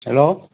hello